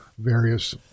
various